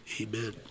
Amen